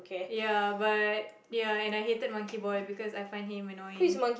ya but ya and I hated Monkey Boy because I find him annoying